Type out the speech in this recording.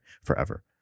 forever